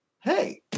hey